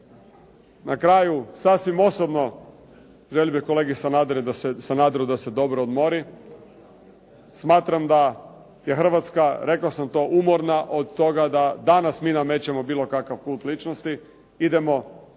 Na kraju sasvim osobno želio bih kolegi Sanaderu da se dobro odmori. Smatram da je Hrvatska rekao sam to umorna od toga da danas mi namećemo bilo kakav kult ličnosti, idemo izabrati